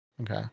Okay